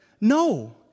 No